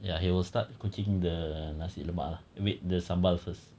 ya he will start cooking the nasi lemak lah make the sambal first